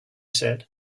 said